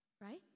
right